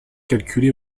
calculée